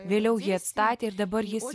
vėliau jį atstatė ir dabar jis